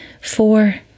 four